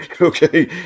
Okay